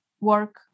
work